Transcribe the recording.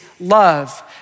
love